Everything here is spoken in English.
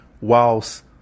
whilst